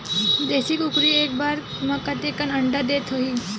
देशी कुकरी एक बार म कतेकन अंडा देत होही?